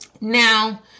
Now